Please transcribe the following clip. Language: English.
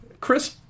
Chris